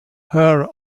her